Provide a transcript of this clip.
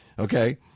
Okay